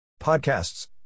Podcasts